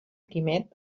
quimet